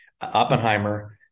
Oppenheimer